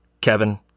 Kevin